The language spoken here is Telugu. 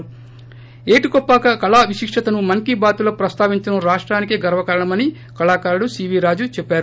ి ఏటికొప్పాక కళా విశిష్ణతను మన్ కీ బాత్ లో ప్రస్తావించడం రాష్టానికే గర్వకారణమని కళాకారుడు సీవీ రాజు చెప్పారు